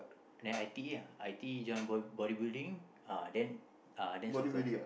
then I_T_E lah I_T_E join bodybuilding then soccer